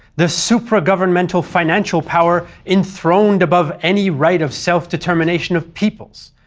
the supragovernmental financial power enthroned above any right of self-determination of peoples,